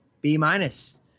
B-minus